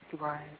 right